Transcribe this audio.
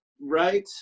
right